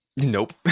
nope